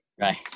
Right